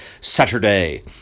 Saturday